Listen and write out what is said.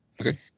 okay